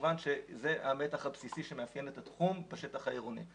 כמובן שזה המתח הבסיסי שמאפיין את התחום בשטח העירוני.